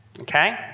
okay